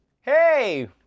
Hey